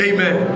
Amen